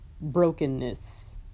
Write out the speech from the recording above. brokenness